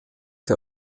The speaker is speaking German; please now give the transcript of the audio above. der